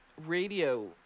radio